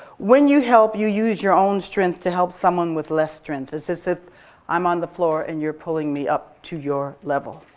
when you help, you use your own strength to help someone with less strength. it's as if i'm on the floor and you're pulling me up to your level.